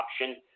option